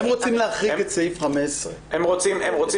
הם רוצים להחריג את סעיף 15. הם רוצים